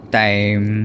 time